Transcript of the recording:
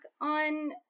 on